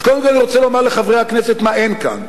אז קודם כול אני רוצה לומר לחברי הכנסת מה אין כאן.